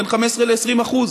בין 15% ל-20%,